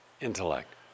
intellect